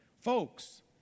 folks